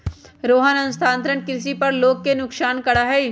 रोहन स्थानांतरण कृषि पर लोग के नुकसान करा हई